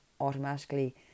automatically